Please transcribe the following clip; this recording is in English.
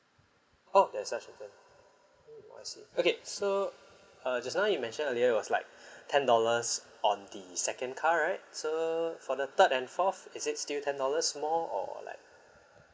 oh there is such a thing mm I see okay so uh just now you mentioned earlier it was like ten dollars on the second car right so for the third and fourth is it still ten dollars more or like